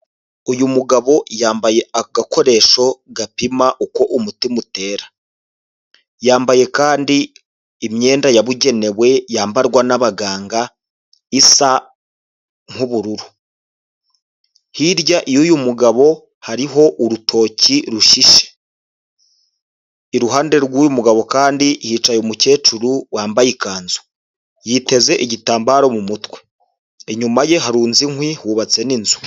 Uyu mugabo yambaye agakoresho gapima uko umutima utera, yambaye kandi imyenda yabugenewe yambarwa n'abaganga isa nk'ubururu, hirya yuyu mugabo hariho urutoki rushishye, iruhande rw'uyu mugabo kandi hicaye umukecuru wambaye ikanzu yiteze igitambaro mu mutwe. Inyuma ye harunze inkwi hubatse n'inzu.